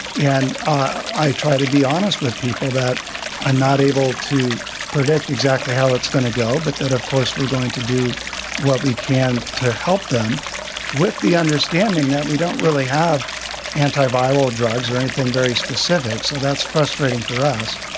and i try to be honest with people that i'm not able to predict exactly how it's going to go, but that, of course, we're going to do what we can to help them with the understanding that we don't really have anti-viral drugs or anything very specific. so that's frustrating for us.